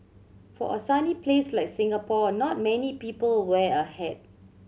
for a sunny place like Singapore not many people wear a hat